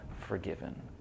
forgiven